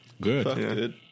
good